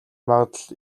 магадлал